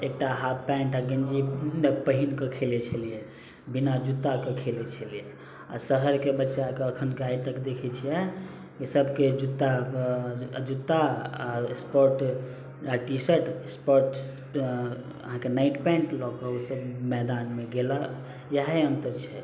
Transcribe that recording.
एकटा half pant आ गञ्जी पहिर कऽ खेलैत छलियै बिना जूताके खेलय छलियै आ शहरके बच्चाके एखुनका आइ तक देखैत छियै जे सबके जूता जूता आ स्पोर्ट आ टीशर्ट स्पोर्ट्स अहाँकेँ नाईट पैंट लै कऽ ओ सब मैदानमे गेला इहए अंतर छै